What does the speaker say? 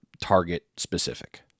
target-specific